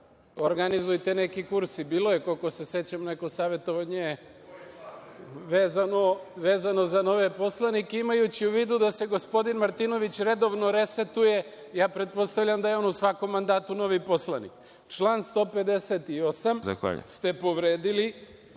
Organizujte neki kurs i bilo je, koliko se sećam, neko savetovanje vezano za nove poslanike. Imajući u vidu da se gospodin Martinović redovno resetuje, pretpostavljam da je on u svakom mandatu novi poslanik. Član 158. ste povredili